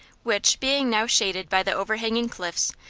which, being now shaded by the overhanging cliffs,